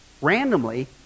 randomly